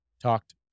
talked